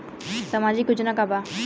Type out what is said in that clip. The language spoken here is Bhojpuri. सामाजिक योजना का बा?